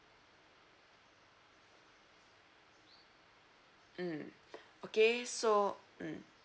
mm okay so mm